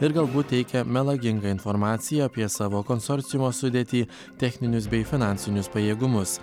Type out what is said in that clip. ir galbūt teikia melagingą informaciją apie savo konsorciumo sudėtį techninius bei finansinius pajėgumus